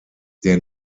der